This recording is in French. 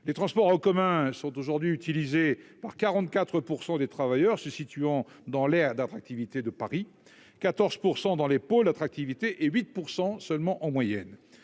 les transports en commun sont aujourd'hui utilisées par 44 % des travailleurs se situant dans l'aire d'attractivité de Paris 14 % dans les pots l'attractivité et 8 % seulement en moyenne